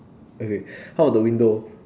okay how about the window